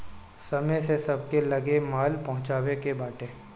समय से सबके लगे माल पहुँचावे के बाटे